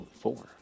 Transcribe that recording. four